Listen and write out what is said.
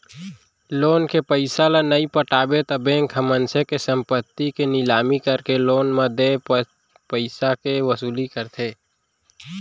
loan के पइसा ल नइ पटाबे त बेंक ह मनसे के संपत्ति के निलामी करके लोन म देय पइसाके वसूली करथे